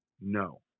No